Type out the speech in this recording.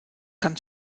kann